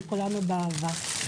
מכולנו באהבה.